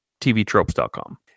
TVTropes.com